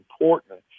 important